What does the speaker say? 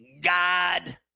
God